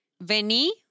Veni